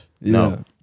no